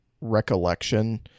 recollection